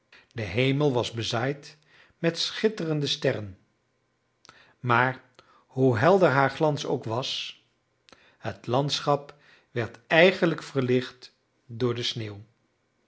de hemel was bezaaid met schitterende sterren maar hoe helder haar glans ook was het landschap werd eigenlijk verlicht door de sneeuw